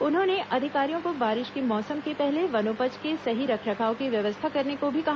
उन्होंने अधिकारियों को बारिश के मौसम के पहले वनोपज के सही रखरखाव की व्यवस्था करने को भी कहा